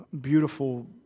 Beautiful